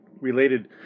related